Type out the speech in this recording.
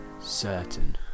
certain